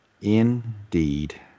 Indeed